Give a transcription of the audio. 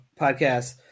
podcast